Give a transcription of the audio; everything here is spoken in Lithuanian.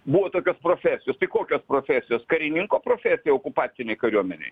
buvo tokios profesijos tai kokios profesijos karininko profesija okupacinėj kariuomenėj